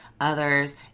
others